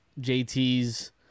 JT's